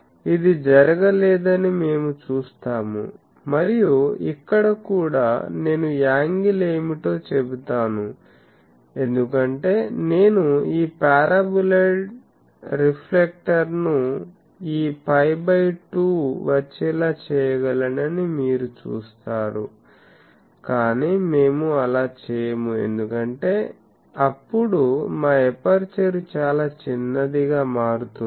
ఇది జరగలేదని మేము చూస్తాము మరియు ఇక్కడ కూడా నేను యాంగిల్ ఏమిటో చెబుతాను ఎందుకంటే నేను ఈ పారాబొలాయిడ్ రిఫ్లెక్టర్ను ఈ φ2 వచ్చేలా చేయగలనని మీరు చూస్తారు కాని మేము అలా చేయము ఎందుకంటే అప్పుడు మా ఎపర్చరు చాలా చిన్నదిగా మారుతుంది